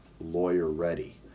lawyer-ready